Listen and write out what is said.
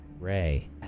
Ray